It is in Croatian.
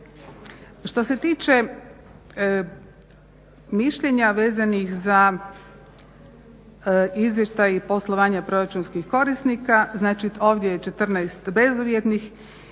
Što se tiče mišljenja vezanih za izvještaj i poslovanje proračunskih korisnika, znači ovdje je 14 bezuvjetnih